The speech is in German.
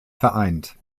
vereint